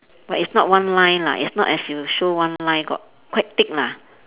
but is not one line lah is not as you show one line got quite thick lah